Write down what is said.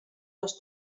les